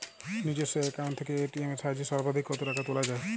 নিজস্ব অ্যাকাউন্ট থেকে এ.টি.এম এর সাহায্যে সর্বাধিক কতো টাকা তোলা যায়?